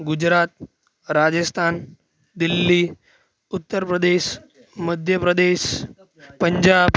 Gujarat Rajasthan Delhi Uttar Pradesh Madhya Pradesh Punjab